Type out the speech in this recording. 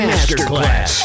Masterclass